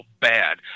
bad